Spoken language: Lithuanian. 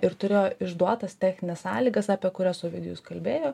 ir turėjo išduotas technines sąlygas apie kurias ovidijus kalbėjo